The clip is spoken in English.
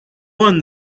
won